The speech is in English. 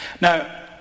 Now